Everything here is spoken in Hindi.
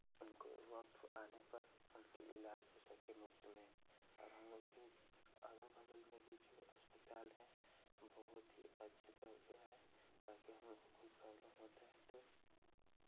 उनको वक्त आने पर उनकी इलाज हो सके मुफ़्त में और हम लोग के अगल बगल में भी जो अस्पताल हैं बहुत ही अच्छे तौर पे है ताकि हम लोग को कोई प्रॉब्लेम होता है तो